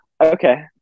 Okay